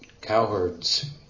cowherds